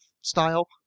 style